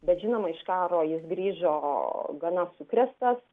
bet žinoma iš karo jis grįžo gana sukrėstas